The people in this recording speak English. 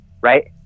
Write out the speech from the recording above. right